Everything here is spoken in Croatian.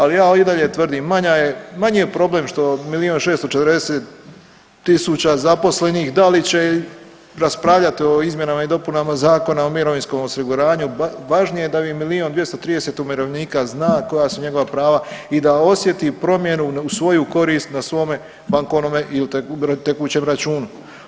Ali ja i dalje tvrdim, manji je problem što milijun 640 tisuća zaposlenih, da li će raspravljati o izmjenama i dopunama Zakona o mirovinskom osiguranju, važnije da je milijun 230 umirovljenika zna koja su njegova prava i da osjeti promjenu u svoju korist na svome bankovnome ili tekućem računu.